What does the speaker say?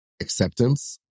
acceptance